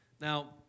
Now